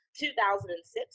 2006